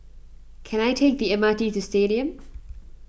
can I take the M R T to Stadium